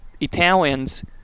Italians